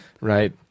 Right